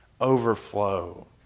overflow